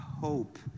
hope